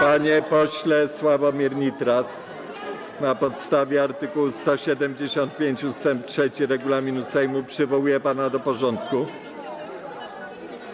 Panie pośle Sławomirze Nitras, na podstawie art. 175 ust. 3 regulaminu Sejmu przywołuję pana do porządku.